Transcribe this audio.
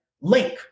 link